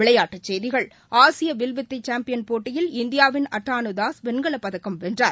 விளையாட்டுச் செய்திகள் ஆசியவில்வித்தைசாம்பியன் போட்டியில் இந்தியாவின் அட்டானுதாஸ் வெண்கலப்பதக்கம் வென்றார்